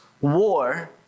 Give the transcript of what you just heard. war